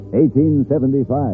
1875